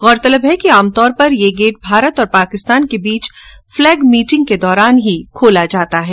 गौरतलब है कि आम तौर पर ये गेट भारत और पाकिस्तान के बीच फ्लेग मीटिंग के दौरान ही खोला जाता है